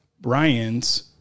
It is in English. Brian's